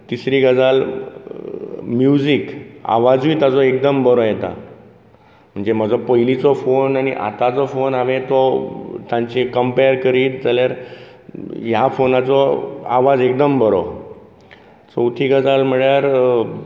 तिसरी गजाल म्युसीक आवाजूय ताजो एकदम बरो येता म्हणजे म्हजो पयलींचो फोन आनी आतांचो फोन हांवें तो तांची कंपेर करीत जाल्यार ह्या फोनाचो आवाज एकदम बरो चवथी गजाल म्हळ्यार